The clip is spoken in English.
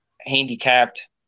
handicapped